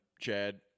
Chad